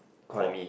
for me